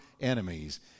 enemies